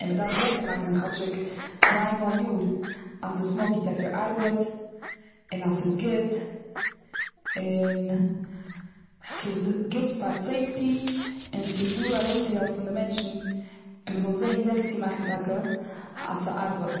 און מ'דארף זיכער מאכן כאטשיג צוויי מאל א יאר אז די סמאוק דיטעקטער ארבעט, און אז ס'איז גוט, און ס'איז גוט פאר סעיפטי און ס'איז דא ארויסצוהעלפן די מענטשן און מ'זאל זעהן זיכער צו מאכן טאקע, אז ס'ארבעט.